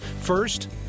First